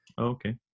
Okay